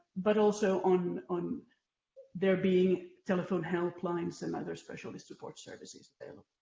but also on on there being telephone helplines and other specialised support services available.